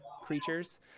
creatures